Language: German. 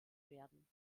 werden